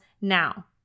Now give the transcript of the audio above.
now